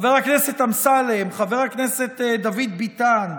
חבר הכנסת אמסלם, חבר הכנסת דוד ביטן,